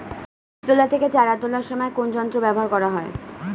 বীজ তোলা থেকে চারা তোলার সময় কোন যন্ত্র ব্যবহার করা হয়?